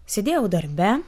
sėdėjau darbe